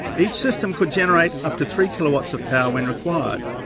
each system could generate up to three kilowatts of power when required.